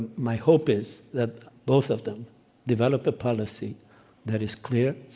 my hope is that both of them develop a policy that is clear,